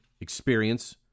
experience